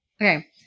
Okay